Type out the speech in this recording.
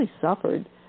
suffered